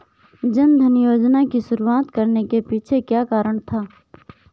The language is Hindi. जन धन योजना की शुरुआत करने के पीछे क्या कारण था?